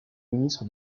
ministre